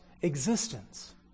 existence